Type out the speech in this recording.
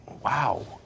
Wow